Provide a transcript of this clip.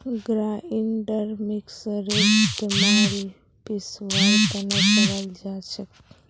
grinder मिक्सरेर इस्तमाल पीसवार तने कराल जाछेक